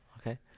okay